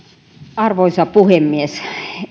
arvoisa puhemies